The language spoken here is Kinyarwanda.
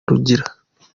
rugira